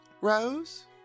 Rose